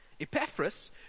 Epaphras